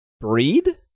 breed